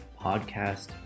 podcast